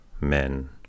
men